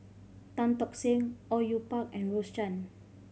Tan Tock Seng Au Yue Pak and Rose Chan